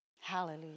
Hallelujah